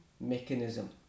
mechanism